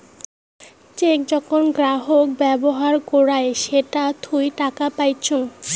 check যখন গ্রাহক ব্যবহার করাং সেটা থুই টাকা পাইচুঙ